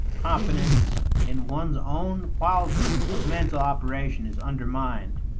confidence in one's own quality of mental operation is undermined,